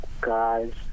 guys